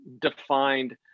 defined